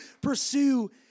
pursue